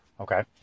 Okay